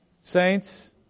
Saints